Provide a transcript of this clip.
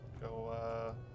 go